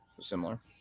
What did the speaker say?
Similar